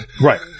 Right